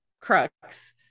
Crux